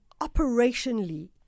operationally